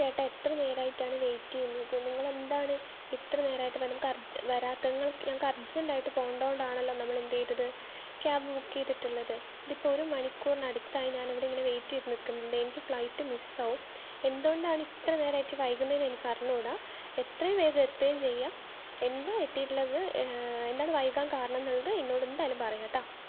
എന്റെ ചേട്ടാ എത്ര നേരമായിട്ടാണ് വെയിറ്റ് ചെയ്യുന്നത് നിങ്ങളെന്താണ് ഇത്ര നേരായിട്ടും വരാ നമുക്കർ വരാത്തത് നിങ്ങൾക്ക് ഞങ്ങൾക്ക് അർജന്റായിട്ട് പോകണ്ടത് കൊണ്ടാണല്ലോ നമ്മള് എന്ത് ചെയ്തത് ക്യാബ് ബുക്ക് ചെയ്തിട്ടുള്ളത് ഇതിപ്പം ഒരു മണിക്കൂറിനടുത്തായി ഞാനിവിടെ ഇങ്ങനെ വെയിറ്റ് ചെയ്ത് നിൽക്കുന്നത് എനിക്ക് ഫ്ലൈറ്റ് മിസ്സാകും എന്തുകൊണ്ടാണ് ഇത്ര നേരമായിട്ട് വൈകുന്നതെന്ന് എനിക്കറിഞ്ഞുകൂട എത്രയും വേഗം എത്തുകയും ചെയ്യുക എന്തുവാ എത്തീയിട്ടുള്ളത്ത് എന്താണ് വൈകാൻ കാരണം എന്നുള്ളത് എന്നോട് എന്തായാലും പറയണം കെട്ടോ